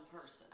person